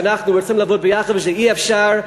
שאנחנו רוצים לעבוד ביחד וזה בלתי אפשרי,